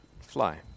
fly